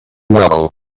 well